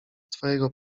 twojego